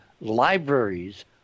libraries